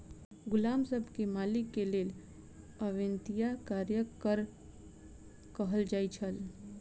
गुलाम सब के मालिक के लेल अवेत्निया कार्यक कर कहल जाइ छल